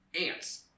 ants